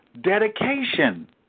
dedication